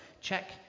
Check